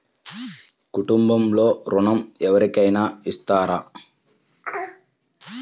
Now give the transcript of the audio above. కుటుంబంలో ఋణం ఎవరికైనా ఇస్తారా?